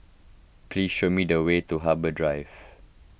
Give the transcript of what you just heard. please show me the way to Harbour Drive